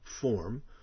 form